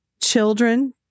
Children